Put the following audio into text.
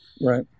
Right